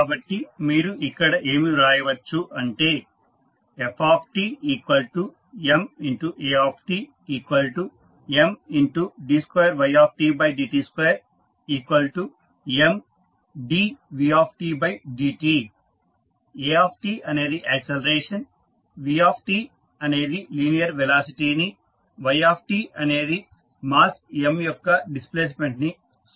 కాబట్టి మీరు ఇక్కడ ఏమి రాయవచ్చు అంటే ftMatMd2ydt2Mdvdt a అనేది యాక్సిలరేషన్ vఅనేది లీనియర్ వెలాసిటీని y అనేది మాస్ M యొక్క డిస్ప్లేస్మెంట్ ని సూచిస్తాయి